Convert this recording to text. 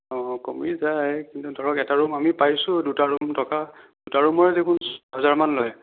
অঁ কমি যায় কিন্তু ধৰক এটা ৰুম আমি পাইছোঁ দুটা ৰুম থকা দুটা ৰূমৰে দেখোন ছয় হেজাৰমান লয়